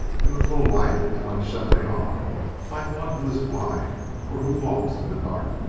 in the full light it went shuffling on like one who is blind or who walks in the dark,